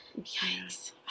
Yikes